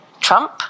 Trump